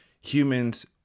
humans